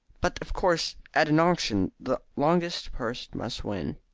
but of course at an auction the longest purse must win.